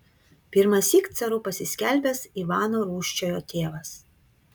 pirmąsyk caru pasiskelbęs ivano rūsčiojo tėvas